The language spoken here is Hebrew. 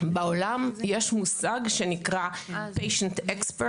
בעולם יש מושג שנקרא patient-expert